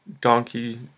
Donkey